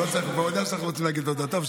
הוא כבר יודע שאנחנו רוצים להגיד לו תודה,